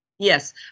Yes